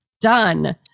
done